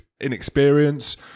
inexperience